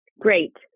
Great